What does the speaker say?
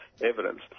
evidence